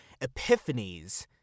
epiphanies